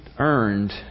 Earned